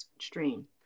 stream